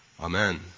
Amen